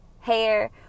hair